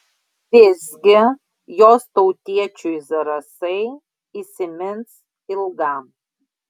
visgi jos tautiečiui zarasai įsimins ilgam